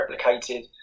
replicated